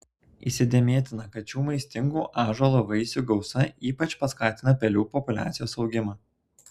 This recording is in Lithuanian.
įsidėmėtina kad šių maistingų ąžuolo vaisių gausa ypač paskatina pelių populiacijos augimą